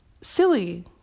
silly